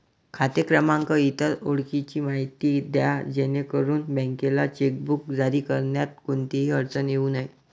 खाते क्रमांक, इतर ओळखीची माहिती द्या जेणेकरून बँकेला चेकबुक जारी करण्यात कोणतीही अडचण येऊ नये